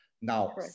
Now